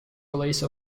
release